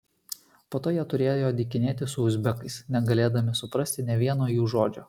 po to jie turėjo dykinėti su uzbekais negalėdami suprasti nė vieno jų žodžio